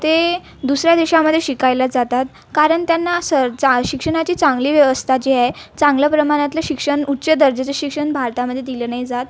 ते दुसऱ्या देशामध्ये शिकायला जातात कारण त्यांना सर चा शिक्षणाची चांगली व्यवस्था जी आहे चांगल्या प्रमाणातले शिक्षण उच्च दर्जाचे शिक्षण भारतामध्ये दिलं नाही जात